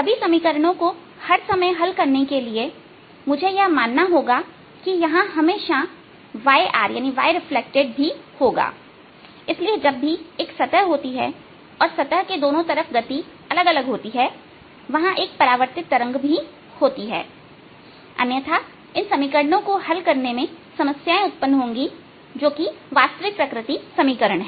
सभी समीकरणों को हर समय हल करने के लिए मुझे यह मानना होगा कि यहां हमेशा yR भी होगाइसलिए जब भी एक सतह होती है और सतह के दोनों तरफ गति अलग अलग होती हैवहां एक परावर्तित तरंग भी होती हैअन्यथा इन समीकरणों को हल करने में समस्याएं उत्पन्न होंगी जो वास्तविक प्रकृति समीकरण है